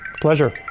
Pleasure